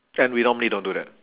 and we normally don't do that